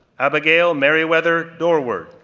abigail meriwether dorward,